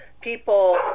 people